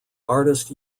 artist